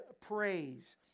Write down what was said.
praise